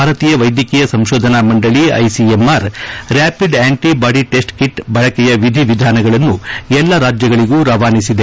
ಭಾರತೀಯ ವೈದ್ಯಕೀಯ ಸಂಶೋಧನಾ ಮಂಡಳಿ ICMR rapid antibody test kit ಬಳಕೆಯ ವಿಧಿ ವಿಧಾನಗಳನ್ನು ಎಲ್ಲಾ ರಾಜ್ಯಗಳಿಗೂ ರವಾನಿಸಲಾಗಿದೆ